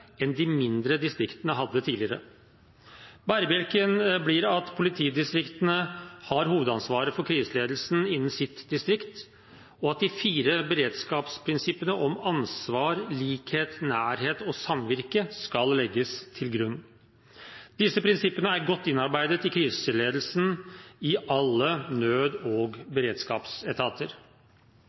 enn de mindre distriktene hadde tidligere. Bærebjelken blir at politidistriktene har hovedansvaret for kriseledelsen innen sitt distrikt, og at de fire beredskapsprinsippene om ansvar, likhet, nærhet og samvirke skal legges til grunn. Disse prinsippene er godt innarbeidet i kriseledelsen i alle nød- og beredskapsetater.